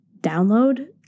download